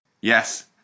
Yes